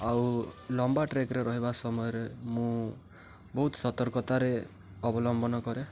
ଆଉ ଲମ୍ବା ଟ୍ରେକ୍ରେ ରହିବା ସମୟରେ ମୁଁ ବହୁତ ସତର୍କତାରେ ଅବଲମ୍ବନ କରେ